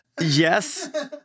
Yes